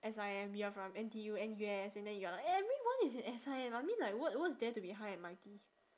S_I_M you are from N_T_U N_U_S and then you are like everyone is in S_I_M I mean like what what's there to be high and mighty